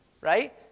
Right